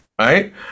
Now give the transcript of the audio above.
right